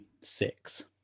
six